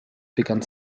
begann